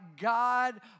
God